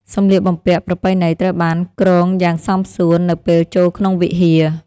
សម្លៀកបំពាក់ប្រពៃណីត្រូវបានគ្រងយ៉ាងសមសួននៅពេលចូលក្នុងវិហារ។